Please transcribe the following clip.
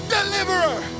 Deliverer